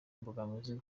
imbogamizi